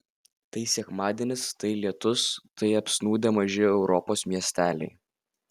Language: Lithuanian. tai sekmadienis tai lietus tai apsnūdę maži europos miesteliai